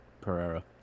Pereira